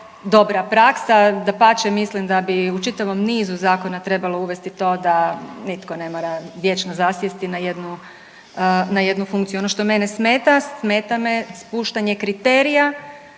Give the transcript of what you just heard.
dobra praksa, dapače, mislim da bi u čitavom nizu zakona trebalo uvesti to da nitko ne mora vječno zasjesti na jednu funkciju. Ono što mene smeta, smeta me spuštanje kriterija